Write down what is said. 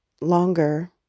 longer